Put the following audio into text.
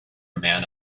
man